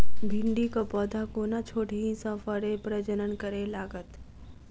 भिंडीक पौधा कोना छोटहि सँ फरय प्रजनन करै लागत?